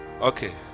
okay